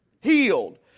healed